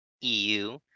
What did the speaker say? EU